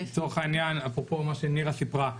אפרופו מה שנירה סיפרה,